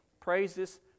praises